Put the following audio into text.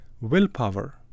Willpower